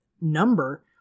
number